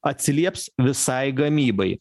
atsilieps visai gamybai